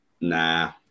nah